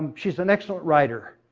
she's an excellent writer.